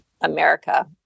America